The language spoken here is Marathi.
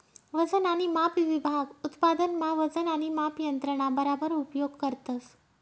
वजन आणि माप विभाग उत्पादन मा वजन आणि माप यंत्रणा बराबर उपयोग करतस